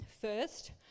First